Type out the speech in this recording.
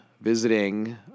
visiting